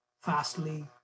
Fastly